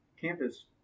campus